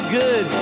good